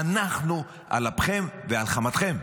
אנחנו, על אפכם ועל חמתכם,